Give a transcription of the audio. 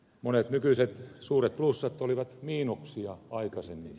monet nykyiset suuret plussat olivat miinuksia aikaisemmin